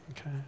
Okay